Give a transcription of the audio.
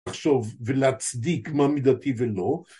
לחשוב ולהצדיק מה מידתי ולא